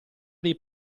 dei